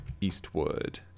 Eastwood